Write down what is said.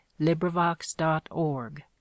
LibriVox.org